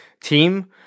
team